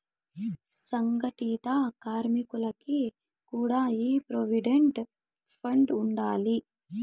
సంగటిత కార్మికులకి కూడా ఈ ప్రోవిడెంట్ ఫండ్ ఉండాది